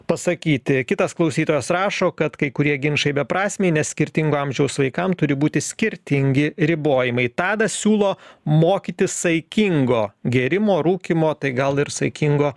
pasakyti kitas klausytojas rašo kad kai kurie ginčai beprasmiai nes skirtingo amžiaus vaikam turi būti skirtingi ribojimai tadas siūlo mokyti saikingo gėrimo rūkymo tai gal ir saikingo